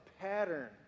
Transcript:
pattern